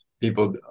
People